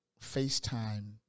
FaceTime